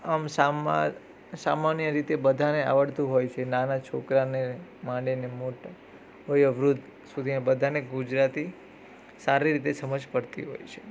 અમ સામા સામાન્ય રીતે બધાને આવડતું હોય છે નાનાં છોકરાંને નાને ને મોટે વૃદ્ધ સુધીના બધાને ગુજરાતી સારી રીતે સમજ પડતી હોય છે